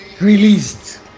released